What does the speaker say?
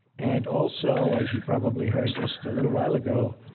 and also, as you probably heard just a little while ago,